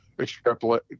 extrapolate